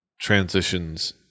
transitions